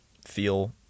feel